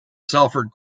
salford